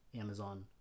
Amazon